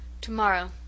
Tomorrow